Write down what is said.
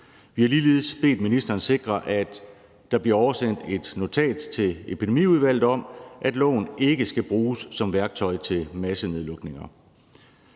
Vi har ligeledes bedt ministeren sikre, at der bliver oversendt et notat til Epidemiudvalget om, at loven ikke skal bruges som værktøj til massenedlukninger.